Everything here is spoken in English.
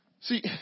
See